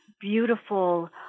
beautiful